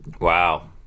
Wow